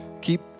keep